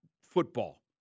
football